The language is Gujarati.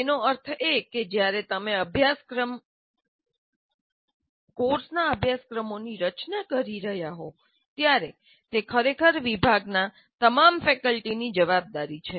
તેનો અર્થ એ કે જ્યારે તમે અભ્યાસક્રમ સિલેબસ કોર્સના અભ્યાસક્રમોની રચના કરી રહ્યા હોવ ત્યારે તે ખરેખર વિભાગની તમામ ફેકલ્ટીની જવાબદારી છે